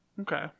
Okay